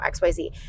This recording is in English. XYZ